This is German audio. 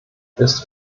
ist